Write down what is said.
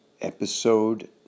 Episode